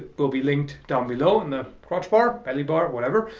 will be linked down below in the crotch bar, belly bar. whatever.